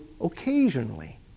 occasionally